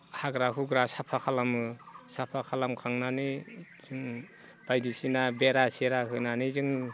हाग्रा हुग्रा साफा खालामो साफा खालामखांनानै जों बायदिसिना बेरा सेरा होनानै जों